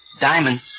Diamond